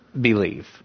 believe